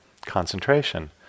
concentration